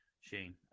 Shane